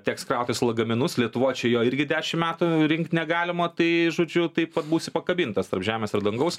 teks krautis lagaminus lietuvoj čia jo irgi dešim metų rinkt negalima tai žodžiu taip vat būsi pakabintas tarp žemės ir dangaus